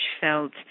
felt